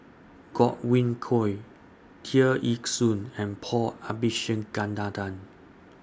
Godwin Koay Tear Ee Soon and Paul Abisheganaden